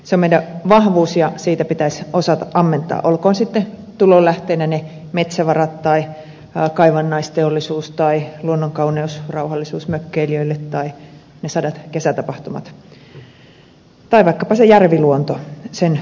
se on meidän vahvuus ja siitä pitäisi osata ammentaa olkoot sitten tulonlähteenä ne metsävarat tai kaivannaisteollisuus tai luonnonkauneus rauhallisuus mökkeilijöille tai ne sadat kesätapahtumat tai vaikkapa se järviluonto sen tuotteistaminen